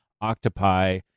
octopi